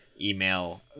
email